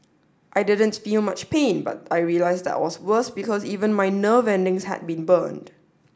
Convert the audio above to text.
I didn't feel much pain but I realised that was worse because even my nerve endings had been burned